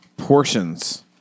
portions